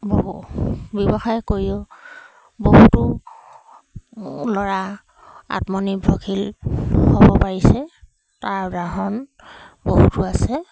বহু ব্যৱসায় কৰিও বহুতো ল'ৰা আত্মনিৰ্ভৰশীল হ'ব পাৰিছে তাৰ উদাহৰণ বহুতো আছে